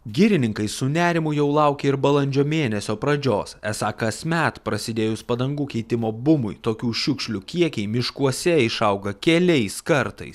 girininkai su nerimu jau laukia ir balandžio mėnesio pradžios esą kasmet prasidėjus padangų keitimo bumui tokių šiukšlių kiekiai miškuose išauga keliais kartais